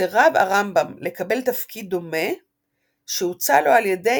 סירב הרמב"ם לקבל תפקיד דומה שהוצע לו על ידי